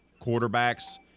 quarterbacks